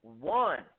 one